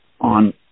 on